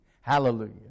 Hallelujah